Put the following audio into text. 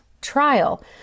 trial